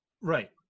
Right